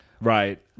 Right